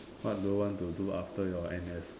what do you want to do after your N_S